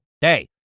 day